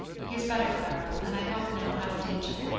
he is better, clara, and i hope now out of danger.